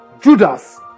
Judas